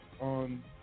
on